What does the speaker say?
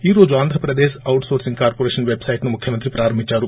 ఈ రోజు Andhra Pradesh outsourcing corporation website ను ముఖ్యమంత్రి ప్రారంభించారు